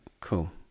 cool